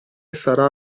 sarà